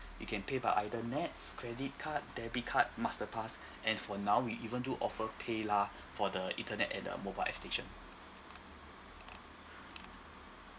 you can pay by either nets credit card debit card master pass and for now we even do offer paylah for the internet and um mobile app station